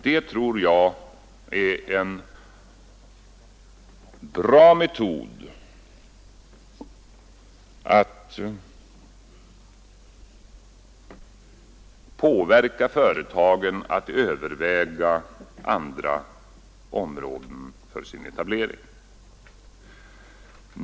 Det tror jag är en bra metod att påverka företagen att överväga andra områden för sin etablering.